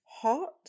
hot